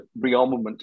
rearmament